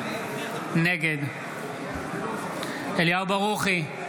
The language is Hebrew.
נגד אליהו ברוכי,